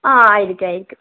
ആ ആയിരിക്കും ആയിരിക്കും